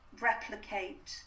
replicate